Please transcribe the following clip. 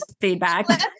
feedback